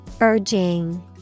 Urging